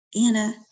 Anna